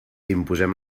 imposem